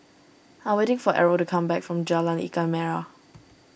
I am waiting for Errol to come back from Jalan Ikan Merah